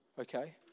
okay